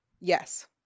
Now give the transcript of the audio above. Yes